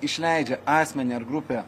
išleidžia asmenį ar grupę